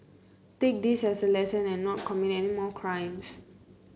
take this as a lesson and not commit any more crimes